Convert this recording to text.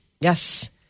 Yes